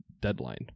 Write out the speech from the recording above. deadline